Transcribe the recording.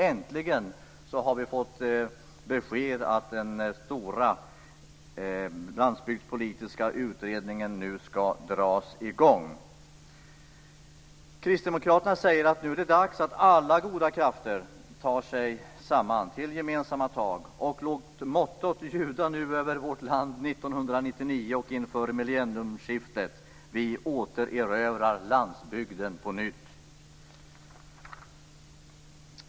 Äntligen har vi fått besked om att den stora landsbygdspolitiska utredningen nu skall dras i gång. Kristdemokraterna säger att det nu är dags att alla goda krafter samlas till gemensamma tag. Låt följande motto ljuda över vårt land under 1999, inför millenniumskiftet: Vi skall erövra landsbygden på nytt.